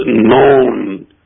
known